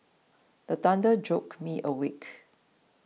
the thunder joke me awake